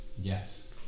Yes